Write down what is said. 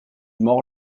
mords